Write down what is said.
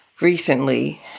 recently